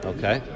Okay